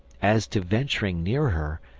as to venturing near her,